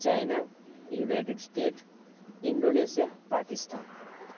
China united state Indonesia Pakistan